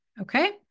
Okay